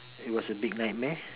it was a big nightmare